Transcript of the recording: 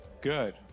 good